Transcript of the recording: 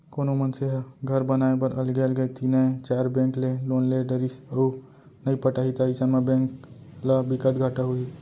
कोनो मनसे ह घर बनाए बर अलगे अलगे तीनए चार बेंक ले लोन ले डरिस अउ नइ पटाही त अइसन म बेंक ल बिकट घाटा होही